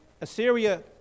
Assyria